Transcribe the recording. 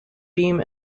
beam